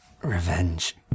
Revenge